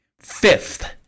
Fifth